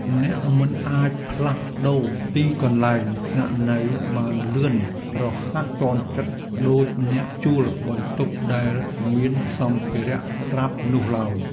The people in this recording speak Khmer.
អ្នកមិនអាចផ្លាស់ប្ដូរទីកន្លែងស្នាក់នៅបានលឿនរហ័សទាន់ចិត្តដូចអ្នកជួលបន្ទប់ដែលមានសម្ភារៈស្រាប់នោះឡើយ។